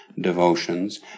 devotions